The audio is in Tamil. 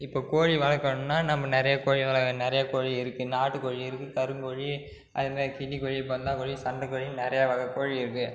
இப்போது கோழி வளர்க்கணுன்னா நம்ம நிறைய கோழி வகை நிறைய கோழி இருக்குது நாட்டுக் கோழி இருக்குது கருங்கோழி அது மாதிரி கின்னி கோழி போந்தா கோழி சண்டை கோழி நிறையா வகை கோழி இருக்குது